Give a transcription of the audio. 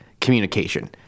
communication